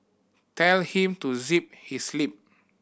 tell him to zip his lip